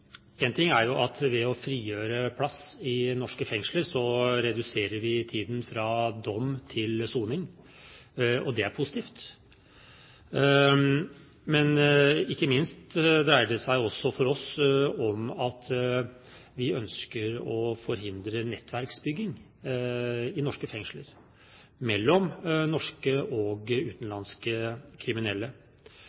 En ting er at ved å frigjøre plass i norske fengsler reduserer vi tiden fra dom til soning – og det er positivt. Men for oss dreier det seg også ikke minst om at vi ønsker å forhindre nettverksbygging i norske fengsler mellom norske og